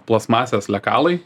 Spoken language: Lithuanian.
plastmasės lekalai